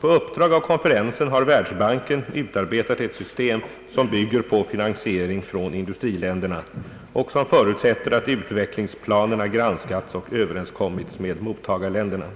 På uppdrag av konferensen har Världsbanken utarbetat ett system som bygger på finansiering från industriländerna och som förutsätter — att = utvecklingsplanerna granskats och överenskommits med mottagarländerna.